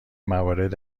موارد